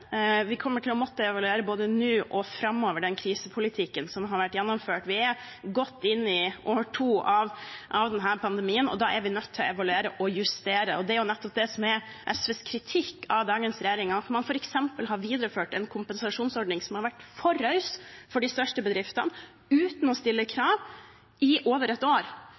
Vi kommer både nå og framover til å måtte evaluere den krisepolitikken som har vært gjennomført. Vi er godt inne i år to av denne pandemien, og da er vi nødt til å evaluere og justere. Det er nettopp det som er SVs kritikk av dagens regjering, at man f.eks. har videreført en kompensasjonsordning som har vært for raus for de største bedriftene, uten å stille krav, i over et år.